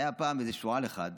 היה פעם איזה שועל אחד שהלך,